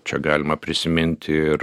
čia galima prisiminti ir